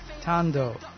Tando